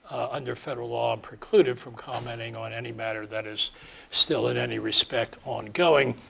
under federal law, i'm precluded from commenting on any matter that is still, in any respect, ongoing.